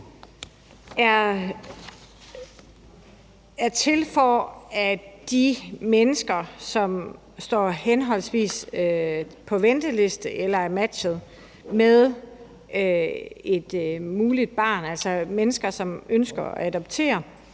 som er til for de mennesker, som henholdsvis står på venteliste eller er matchet med et muligt barn, altså mennesker, som ønsker at adoptere.